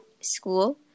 school